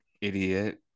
idiot